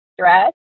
stress